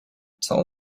tell